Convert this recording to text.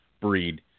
breed